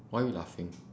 why are you laughing